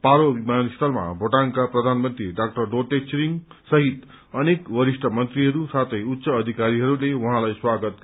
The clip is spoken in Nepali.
पारो विमानस्थलमा भूटानका प्रधानमन्त्री डाक्टर लोते छिरिँग अनेक वरिष्ठ मन्त्रीहरू साथै उच्च अधिकारीहरूले उहाँलाई स्वागत गरे